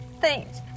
thanks